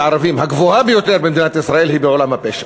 הגבוהה ביותר במדינת ישראל היא בעולם הפשע.